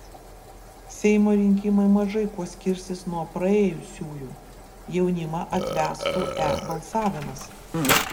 seimo rinkimai mažai kuo skirsis nuo praėjusiųjų jaunimą atvestų e balsavimas